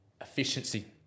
efficiency